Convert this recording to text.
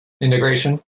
integration